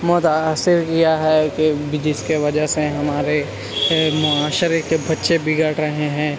متاثر کیا ہے کہ جس کے وجہ سے ہمارے معاشرے کے بچے بگڑ رہے ہیں